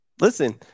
Listen